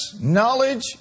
knowledge